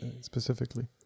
specifically